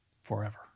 forever